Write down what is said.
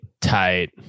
tight